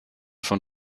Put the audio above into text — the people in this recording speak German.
von